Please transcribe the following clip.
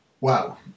wow